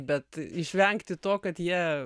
bet išvengti to kad jie